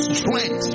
strength